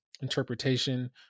interpretation